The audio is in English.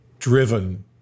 driven